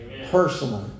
personally